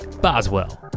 Boswell